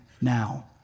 now